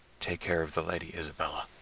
take care of the lady isabella.